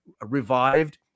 revived